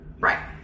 Right